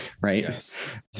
right